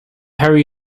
hurry